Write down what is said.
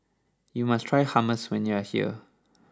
you must try Hummus when you are here